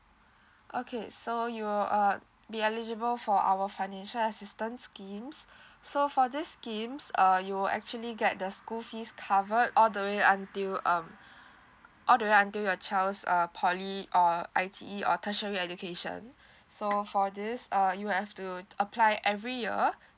okay so you are be eligible for our financial assistance schemes so for this schemes err you will actually get the school fees covered all the way until um all the way until your child's err poly uh I_T_E or tertiary education so for this uh you have to apply every year